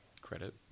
credit